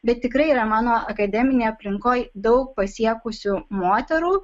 bet tikrai yra mano akademinėj aplinkoj daug pasiekusių moterų